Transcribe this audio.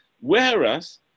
whereas